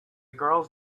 girls